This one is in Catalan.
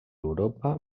europa